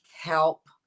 help